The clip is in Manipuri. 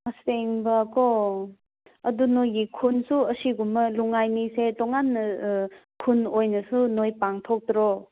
ꯑꯁꯦꯡꯕꯀꯣ ꯑꯗꯣ ꯅꯣꯏꯒꯤ ꯈꯨꯟꯁꯨ ꯑꯁꯤꯒꯨꯝꯕ ꯂꯨꯏꯉꯥꯏꯅꯤ ꯇꯣꯡꯉꯥꯟꯅ ꯈꯨꯟꯑꯣꯏꯅꯁꯨ ꯅꯣꯏ ꯄꯥꯡꯊꯣꯛꯇ꯭ꯔꯣ